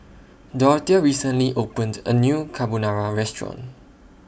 Dorthea recently opened A New Carbonara Restaurant